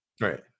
Right